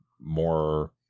more